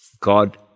God